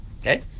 okay